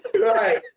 Right